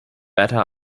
better